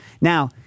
now